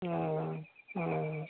हँ हँ